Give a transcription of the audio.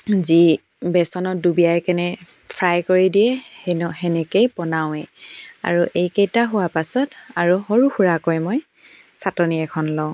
যি বেচনত ডুবিয়াই কেনে ফ্ৰাই কৰি দিয়ে সেন সেনেকৈ বনাওঁৱেই আৰু এইকেইটা হোৱা পাছত মই সৰু সুৰাকৈ মই চাটনি এখন লওঁ